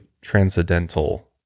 transcendental